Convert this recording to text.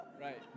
Right